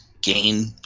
gain